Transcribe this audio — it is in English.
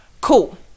cool